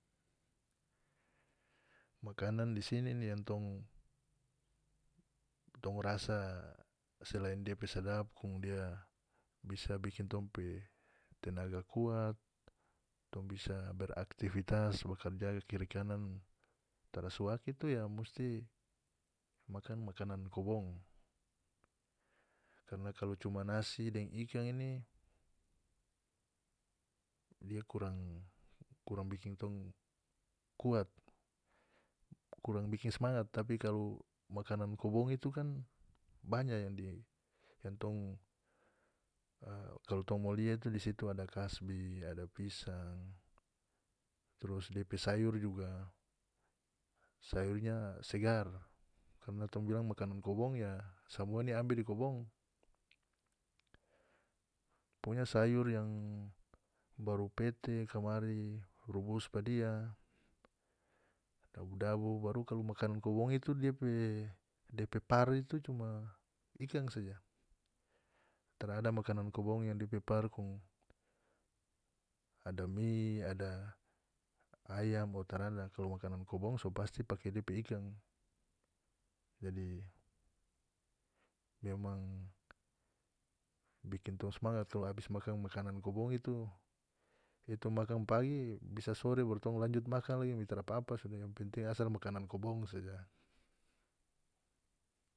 Makanan di sini ni yang tong tong rasa selain depe sadap kong dia bisa bikin tong pe tenaga kuat tong bisa beraktivitas bakarja kiri kanan tara suak itu ya musti makan makanan kobong karna kalu cuma nasi deng ikan ini dia kurang kurang bikin tong kuat kurang bikin smangat tapi kalu makanan kobong itu kan banya yang di yang tong e kalu tong mo lia itu di situ ada kasbi ada pisang trus depe sayur juga sayurnya segar karna tong bilang makanan kobong ya samua ini ambe di kobong pokonya sayur yang baru pete kamari rubus pa dia dabu-dabu baru kalu makanan kobong itu dia pe dia pe par itu cuma ikan saja tarada makanan kobong yang depe par kong ada mi ada ayam o tarada kalu makanan kobong so pasti pake depe ikan jadi memamng bikin tong smangat kalu abis makan makanan kobong itu itu makan pagi bisa sore baru tong lanjut makan lagi me tarapapa sudah yang penting asal makanan kobong saja.